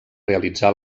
realitzar